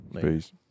Peace